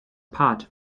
part